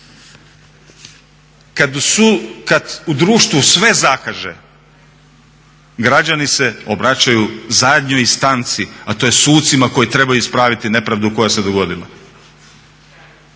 Kada u društvu sve zakaže građani se obraćaju zadnjoj istanci, a to je sucima koji trebaju ispraviti nepravdu koja se dogodila.